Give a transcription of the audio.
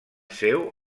seu